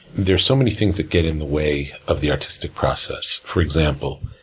there are so many things that get in the way of the artistic process. for example,